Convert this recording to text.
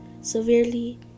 severely